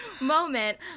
moment